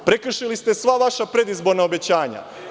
Prekršili ste sva vaša predizborna obećanja.